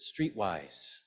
streetwise